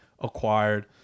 acquired